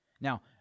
Now